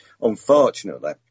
Unfortunately